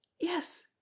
Yes